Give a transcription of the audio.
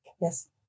Yes